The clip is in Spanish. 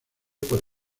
por